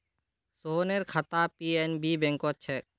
सोहनेर खाता पी.एन.बी बैंकत छेक